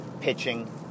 pitching